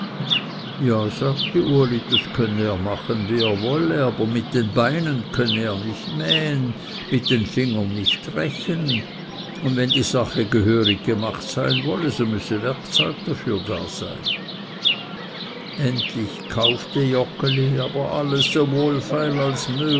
ja sagte uli das könne er machen wie er wolle aber mit den beinen könne er nicht mähen mit den fingern nicht rechen wenn die sache gehörig gemacht sein solle so müßte werkzeug dafür da sein endlich kaufte joggeli aber alles so wohlfeil als